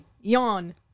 Yawn